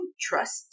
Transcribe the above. trust